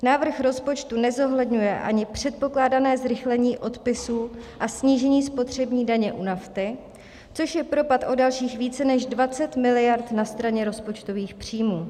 Návrh rozpočtu nezohledňuje ani předpokládané zrychlení odpisů a snížení spotřební daně u nafty, což je propad o dalších více než 20 miliard na straně rozpočtových příjmů.